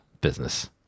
business